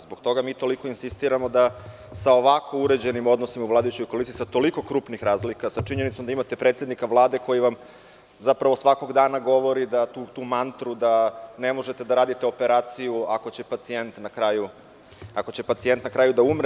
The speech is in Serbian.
Zbog toga mi toliko insistiramo da sa ovako uređenim odnosima u vladajućoj koaliciji, sa toliko krupnih razlika, sa činjenicom da imate predsednika Vlade koji vam zapravo svakog dana govori da „tutumantru“, da ne možete da radite operaciju ako će pacijent na kraju da umre.